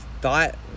thought